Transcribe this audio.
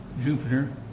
Jupiter